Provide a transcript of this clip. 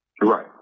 Right